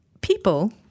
people